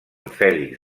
fèlix